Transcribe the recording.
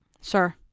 sir